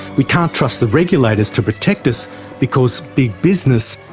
we can't trust the regulators to protect us because big business,